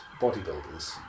bodybuilders